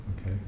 Okay